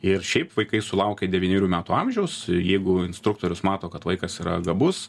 ir šiaip vaikai sulaukę devynerių metų amžiaus jeigu instruktorius mato kad vaikas yra gabus